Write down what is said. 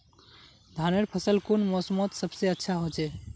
धानेर फसल कुन मोसमोत सबसे अच्छा होचे?